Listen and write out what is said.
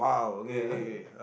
ya